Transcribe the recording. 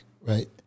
right